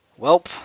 welp